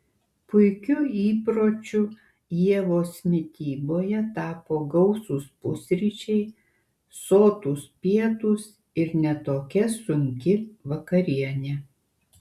puikiu įpročiu ievos mityboje tapo gausūs pusryčiai sotūs pietūs ir ne tokia sunki vakarienė